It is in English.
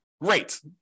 great